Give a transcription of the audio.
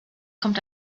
kommt